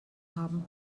haben